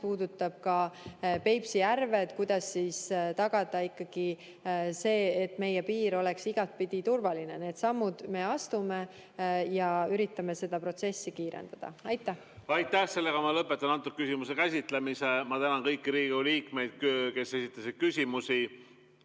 puudutab Peipsi järve, et kuidas siis tagada see, et meie piir oleks igatpidi turvaline. Need sammud me astume ja üritame seda protsessi kiirendada. Aitäh! Ma lõpetan antud küsimuse käsitlemise. Ma tänan kõiki Riigikogu liikmeid, kes esitasid küsimusi.